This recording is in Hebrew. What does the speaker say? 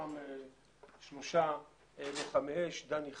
מתוכם שלושה לוחמי אש דני חייט,